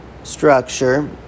structure